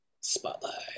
Spotlight